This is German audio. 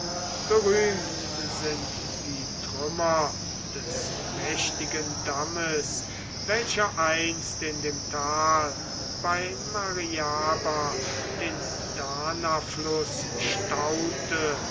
berühmt sind die trümmer des mächtigen dammes welcher einst in dem tal bei mariaba den danafluß